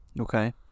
Okay